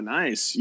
nice